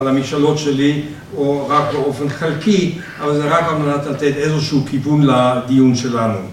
למשאלות שלי, או רק באופן חלקי, אבל זה רק על מנת לתת איזשהו כיוון לדיון שלנו.